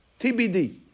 TBD